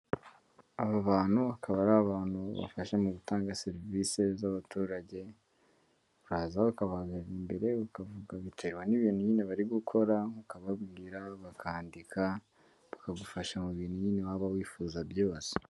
Aba bantu bakaba ari abantu bafasha mu gutanga serivisi z'abaturage, baza bakabahagarara imbere, ukavuga biterwa n'ibintu nyine bari gukora, ukababwira, bakandika bakagufasha mu bintu nyine waba wifuza byose.